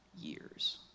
years